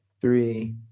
three